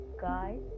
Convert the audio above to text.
guys